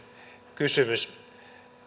kysymys